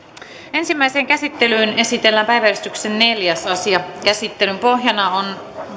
ensimmäiseen käsittelyyn esitellään päiväjärjestyksen kuudes asia käsittelyn pohjana on